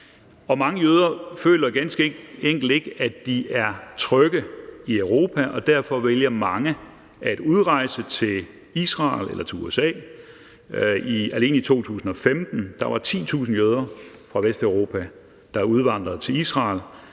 mange jøder føler ganske enkelt ikke, at de er trygge i Europa, og derfor vælger mange at udrejse til Israel eller til USA. Alene i 2015 var der 10.000 jøder fra Vesteuropa, der udvandrede til Israel,